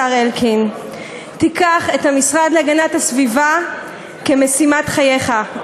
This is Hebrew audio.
השר אלקין: תיקח את המשרד להגנת הסביבה כמשימת חייך,